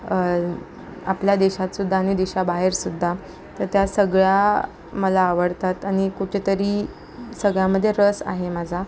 आपल्या देशातसुद्धा आणि देशाबाहेरसुद्धा तर त्या सगळ्या मला आवडतात आणि कुठेतरी सगळ्यामधे रस आहे माझा